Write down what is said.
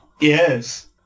Yes